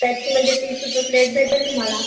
त्याची म्हणजे तीस रुपये प्लेट भेटेल तुम्हाला